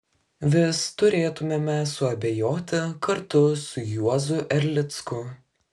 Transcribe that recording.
vis turėtumėme suabejoti kartu su juozu erlicku